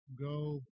Go